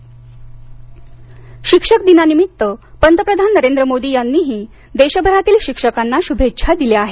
पंतप्रधान शिक्षक दिनानिमित्तपंतप्रधान नरेंद्र मोदी यांनीही देशभरातील शिक्षकांना शुभेच्छा दिल्या आहेत